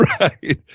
Right